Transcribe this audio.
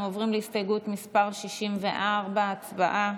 אנחנו עוברים להסתייגות מס' 64. הצבעה.